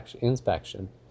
inspection